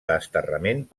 desterrament